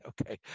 okay